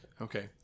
Okay